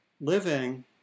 living